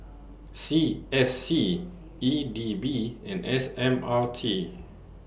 C S C E D B and S M R T